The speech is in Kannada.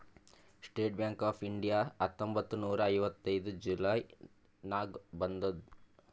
ಸ್ಟೇಟ್ ಬ್ಯಾಂಕ್ ಆಫ್ ಇಂಡಿಯಾ ಹತ್ತೊಂಬತ್ತ್ ನೂರಾ ಐವತ್ತೈದು ಜುಲೈ ನಾಗ್ ಬಂದುದ್